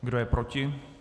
Kdo je proti?